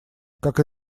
как